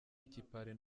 ikipari